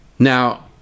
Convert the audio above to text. Now